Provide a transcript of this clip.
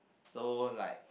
so like